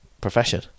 profession